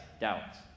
doubts